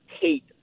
hate